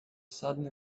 sudden